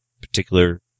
particular